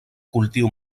cultiu